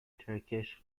turkish